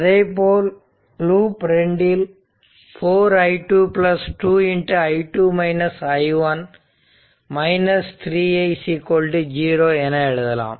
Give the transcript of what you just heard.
அதேபோல் லூப் 2 இல் 4 i2 2 3 i 0 என எழுதலாம்